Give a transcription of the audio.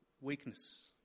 weakness